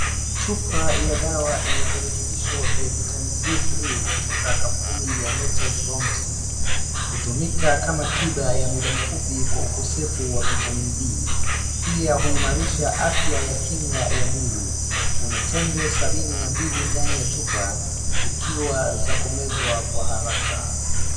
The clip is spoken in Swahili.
Chupa ya dawa za virutubisho vya vitamin D kutoka kampuni ya natures bounty hutumika kama tiba ya muda mfupi kwa ukosefu wa Vitamin D pia huimarisha afya ya kinga ya mwili kuna tembe sabini na mbili ndani ya chupa zikiwa za kumezwa kwa haraka.